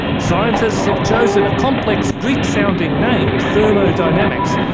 scientists have chosen a complex greek-sounding name, thermodynamics,